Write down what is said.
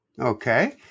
Okay